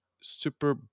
super